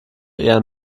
eher